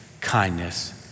kindness